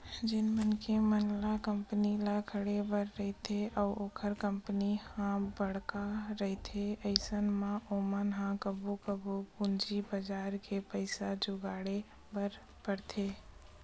जेन मनखे मन ल कंपनी ल खड़े बर रहिथे अउ ओखर कंपनी ह बड़का रहिथे अइसन म ओमन ह कभू कभू पूंजी बजार म पइसा जुगाड़े बर परथे